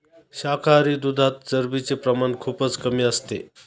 शाकाहारी दुधात चरबीचे प्रमाण खूपच कमी असते